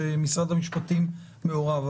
שמשרד המשפטים מעורב בה,